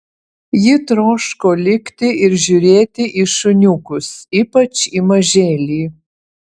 ji troško likti ir žiūrėti į šuniukus ypač į mažėlį